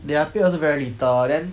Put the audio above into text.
their pay also very little then